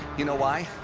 you know why?